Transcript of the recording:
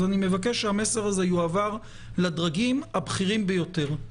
אז אני מבקש שהמסר הזה יועבר לדרגים הבכירים ביותר.